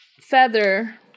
feather